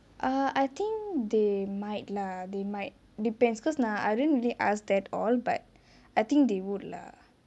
err I think they might lah they might depends because now I didn't really asked that all but I think they would lah